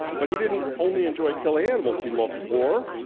but he didn't only enjoy killing animals, he loved war.